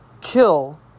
kill